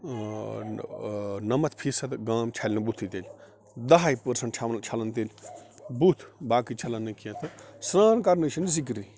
نَمتھ فیصد گام چھیٚلہِ نہٕ بُتھٕے تیٚلہِ دہے پٔرسنٹ چھَ چھَلن تیٚلہِ بُتھ باقٕے چھلن نہٕ کیٚنٛہہ تہٕ سَران کرنٕچ چھَنہٕ زکرٕے